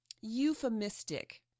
euphemistic